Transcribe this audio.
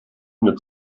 mit